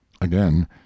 again